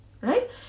Right